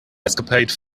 escapade